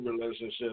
relationship